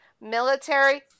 Military